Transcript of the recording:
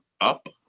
up